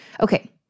Okay